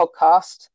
podcast